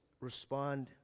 Respond